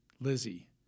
Lizzie